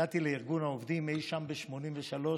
הגעתי לארגון העובדים אי שם ב-1983,